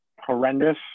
horrendous